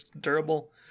durable